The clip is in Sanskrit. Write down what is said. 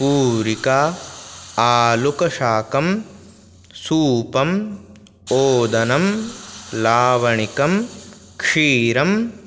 पूरिका आलुकशाकं सूपम् ओदनं लावणिकं क्षीरं